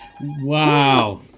Wow